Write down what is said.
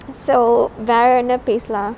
so வேற என்ன பேசலா:vera enna pesalaa